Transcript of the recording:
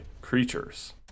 creatures